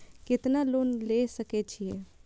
केतना लोन ले सके छीये?